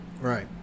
right